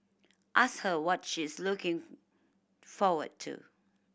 ask her what she is looking forward to